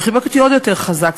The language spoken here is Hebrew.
והוא חיבק אותי עוד יותר חזק,